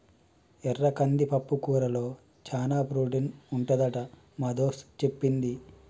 ఎర్ర కంది పప్పుకూరలో చానా ప్రోటీన్ ఉంటదని మా దోస్తు చెప్పింది